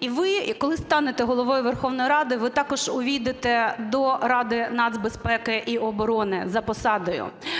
І ви, коли станете Головою Верховної Ради, ви також увійдете до Ради нацбезпеки і оборони за посадою.